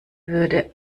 würde